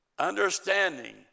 Understanding